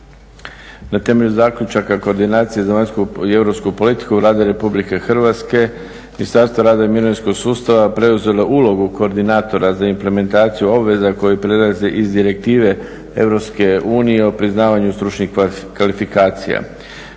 na temelju zaključaka koordinacije za vanjsku i europsku politiku Vlade Republike Hrvatske Ministarstvo rada i mirovinskog sustava preuzelo je ulogu koordinatora za implementaciju obveza koje prelaze iz direktive Europske unije o priznavanju stručnih kvalifikacija